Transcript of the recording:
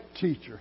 teacher